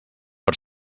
per